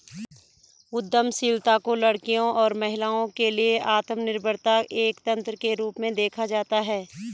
उद्यमशीलता को लड़कियों और महिलाओं के लिए आत्मनिर्भरता एक तंत्र के रूप में देखा जाता है